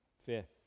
Fifth